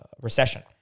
recession